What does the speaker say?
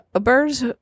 birds